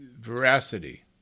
veracity